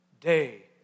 day